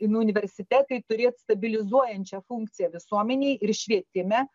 nu universitetai turėt stabilizuojančią funkciją visuomenėj ir švietime